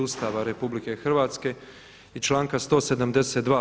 Ustava RH i članka 172.